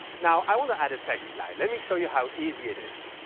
now, i want to add a text slide. let me show you how easy it is.